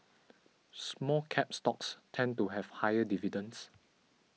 Small Cap stocks tend to have higher dividends